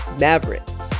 Mavericks